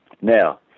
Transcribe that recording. Now